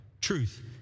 truth